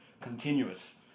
continuous